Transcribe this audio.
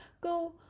go